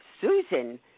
Susan